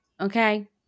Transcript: Okay